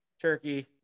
turkey